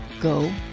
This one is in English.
go